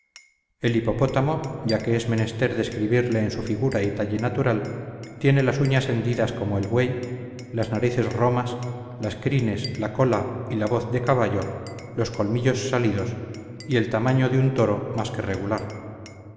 el hipopótamo ya que es menester describirle en su figura y talle natural tiene las uñas hendidas como el buey las narices romas las crines la cola y la voz de caballo los colmillos salidos y el tamaño de un toro más que regular